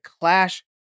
clash